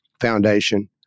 Foundation